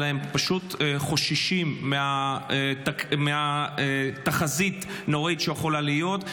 אלא הם פשוט חוששים מהתחזית הנוראית שיכולה להיות.